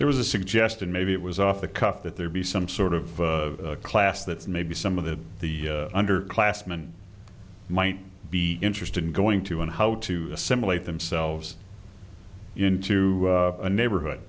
there was a suggestion maybe it was off the cuff that there be some sort of class that maybe some of the the under classman might be interested in going to and how to assimilate themselves into a neighborhood